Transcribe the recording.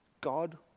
God